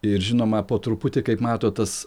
ir žinoma po truputį kaip matot tas